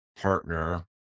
partner